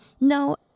no